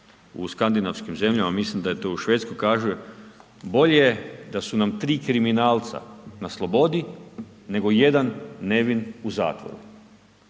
u skandinavskim zemljama, mislim da to u Švedskoj kažu, bolje da su nam 3 kriminalca na slobodi, nego jedan nevin u zatvoru.